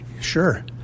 Sure